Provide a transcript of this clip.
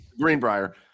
Greenbrier